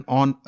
on